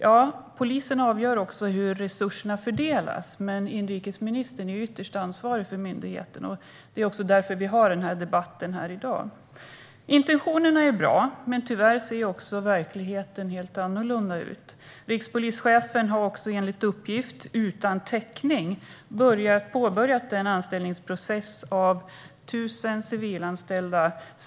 Ja, Polismyndigheten avgör också hur resurserna fördelas, men inrikesministern är ytterst ansvarig för myndigheten. Det är också därför vi debatterar i dag. Intentionerna är bra, men tyvärr ser verkligheten helt annorlunda ut. Rikspolischefen har enligt uppgift, utan täckning, påbörjat en anställningsprocess av tusen civilanställda.